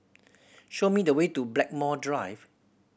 show me the way to Blackmore Drive